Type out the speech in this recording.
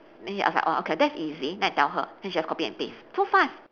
then she ask orh okay that's easy then I tell her then she just copy and paste so fast